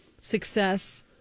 success